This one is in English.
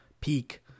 Peak